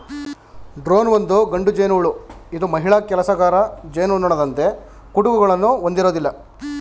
drone ಒಂದು ಗಂಡು ಜೇನುಹುಳು ಇದು ಮಹಿಳಾ ಕೆಲಸಗಾರ ಜೇನುನೊಣದಂತೆ ಕುಟುಕುಗಳನ್ನು ಹೊಂದಿರೋದಿಲ್ಲ